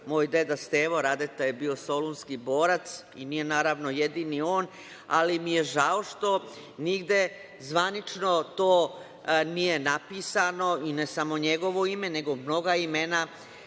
moj deda Stevo Radeta je bio solunski borac i nije jedini on, ali mi je žao što nigde zvanično to nije napisano, i ne samo njegovo ime, nego mnoga imena